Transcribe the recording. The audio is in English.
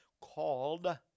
called